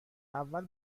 اول